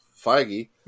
feige